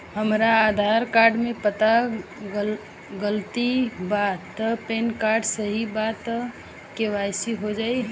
हमरा आधार कार्ड मे पता गलती बा त पैन कार्ड सही बा त के.वाइ.सी हो जायी?